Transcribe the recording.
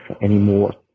anymore